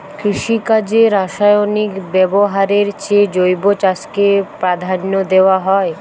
কৃষিকাজে রাসায়নিক ব্যবহারের চেয়ে জৈব চাষকে প্রাধান্য দেওয়া হয়